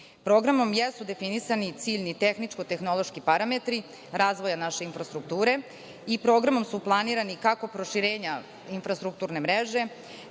Srbiji. Programom su definisani ciljni tehničko-tehnološki parametri razvoja naše infrastrukture i programom su planirani kako proširenja infrastrukturne mreže,